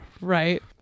right